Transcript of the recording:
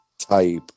type